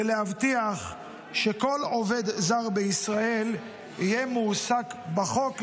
ולהבטיח שכל עובד זר בישראל יהיה מועסק כחוק,